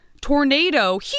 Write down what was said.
tornado